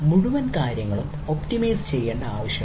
മുഴുവൻ കാര്യങ്ങളും ഒപ്റ്റിമൈസ് ചെയ്യേണ്ട ആവശ്യമുണ്ട്